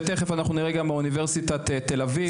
ותכף אנחנו נראה גם מאוניברסיטת תל אביב.